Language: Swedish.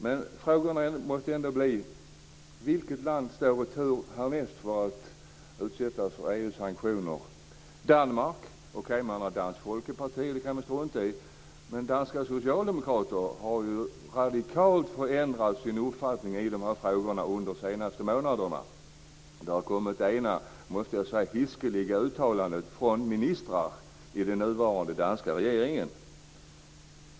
Men frågorna måste ändå bli: Vilket land står i tur härnäst för att utsättas för EU:s sanktioner? Är det Danmark? Man har Danskt Folkeparti, det kan man strunta i. Men danska socialdemokrater har ju radikalt förändrat sin uppfattning i de här frågorna under de senaste månaderna. Det har kommit en del, måste jag säga, hiskliga uttalanden från ministrar i den nuvarande danska regeringen.